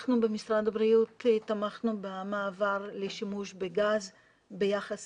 אנחנו במשרד הבריאות תמכנו במעבר לשימוש בגז ביחס